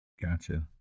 gotcha